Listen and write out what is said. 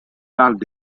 parlent